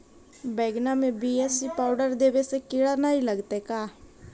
बैगन में BAC powder देबे से किड़ा न लगतै का?